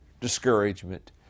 discouragement